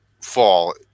fall